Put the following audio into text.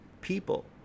people